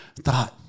thought